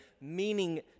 meaning